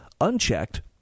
unchecked